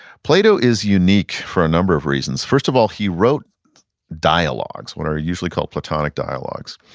plato is unique for a number of reasons. first of all he wrote dialogues, what are usually called platonic dialogues.